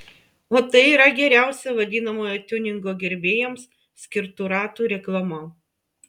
o tai yra geriausia vadinamojo tiuningo gerbėjams skirtų ratų reklama